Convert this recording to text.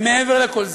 ומעבר לכל זה,